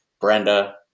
Brenda